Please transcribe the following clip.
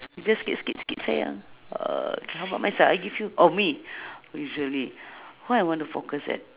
we just skip skip skip sayang uh how about my side I give you oh me usually where I wanna focus at